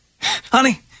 Honey